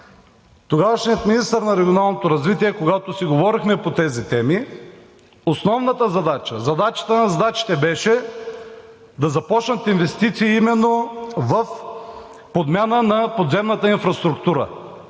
тогавашният министър на регионалното развитие, когато си говорихме по тези теми, основната задача – задачата на задачите, беше да започнат инвестиции именно в подмяна на подземната инфраструктура